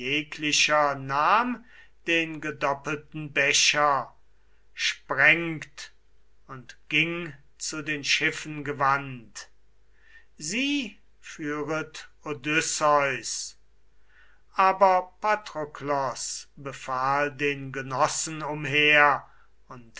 nahm den doppelten becher sprengt und ging zu den schiffen gewandt sie führet odysseus aber patroklos befahl den genossen umher und